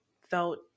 felt